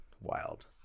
wild